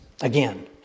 Again